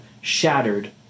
shattered